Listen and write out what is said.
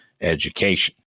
education